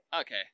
Okay